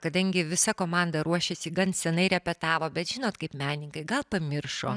kadangi visa komanda ruošėsi gan seniai repetavo bet žinot kaip menininkai gal pamiršo